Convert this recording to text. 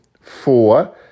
four